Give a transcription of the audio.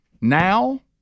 now